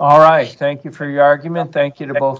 all right thank you for your argument thank you to both